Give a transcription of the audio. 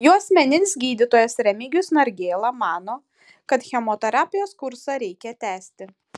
jo asmeninis gydytojas remigijus nargėla mano kad chemoterapijos kursą reikia tęsti